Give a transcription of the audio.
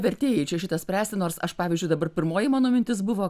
vertėjai čia šitą spręsti nors aš pavyzdžiui dabar pirmoji mano mintis buvo